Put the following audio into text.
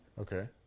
Okay